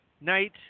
night